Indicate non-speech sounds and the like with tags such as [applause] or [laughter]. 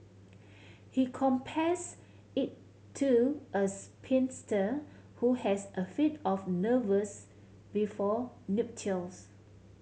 [noise] he compares it to a spinster who has a fit of nerves before nuptials